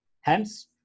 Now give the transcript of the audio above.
Hence